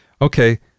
Okay